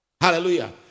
Hallelujah